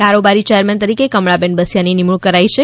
કારોબારી ચેરમેન તરીકે કમળાબેન બસિયાની નિમણુંક કરાઈ છે